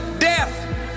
Death